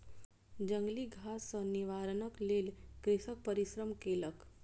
जंगली घास सॅ निवारणक लेल कृषक परिश्रम केलक